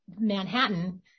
Manhattan –